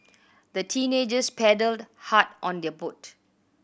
the teenagers paddled hard on their boat